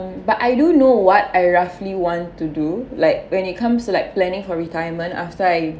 but I do know what I roughly want to do like when it comes to like planning for retirement after I